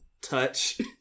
touch